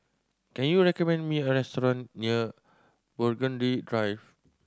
can you recommend me a restaurant near Burgundy Drive